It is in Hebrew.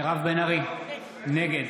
מירב בן ארי, נגד